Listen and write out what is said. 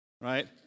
right